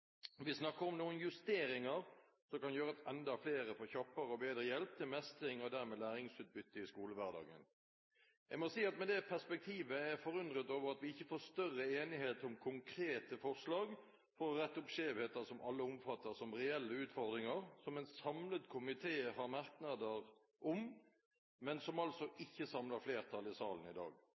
Vi snakker om noen justeringer som kan gjøre at enda flere får kjappere og bedre hjelp til mestring og dermed læringsutbytte i skolehverdagen. Jeg må si at med det perspektivet er jeg forundret over at vi ikke får større enighet om konkrete forslag for å rette opp skjevheter som alle oppfatter som reelle utfordringer, som en samlet komité har merknader om, men som altså ikke samler flertall i salen i dag.